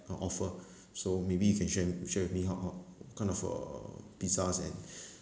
uh offer so maybe you can share share with me ho~ ho~ what kind of uh pizzas and